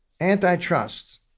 antitrust